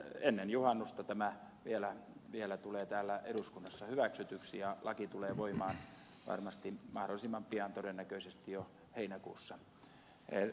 ennen juhannusta tämä vielä tulee täällä eduskunnassa hyväksytyksi ja laki tulee voimaan varmasti mahdollisimman pian todennäköisesti jo heinäkuussa